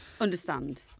Understand